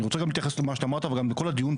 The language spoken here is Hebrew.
אני רוצה להתייחס למה שאמרת וגם לכל הדיון פה.